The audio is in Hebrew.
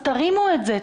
אז תרימו את זה.